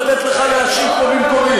לתת לך להשיב פה במקומי.